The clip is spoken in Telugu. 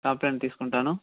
కంప్లేయింట్ తీసుకుంటాను